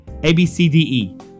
ABCDE